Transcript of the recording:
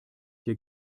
dir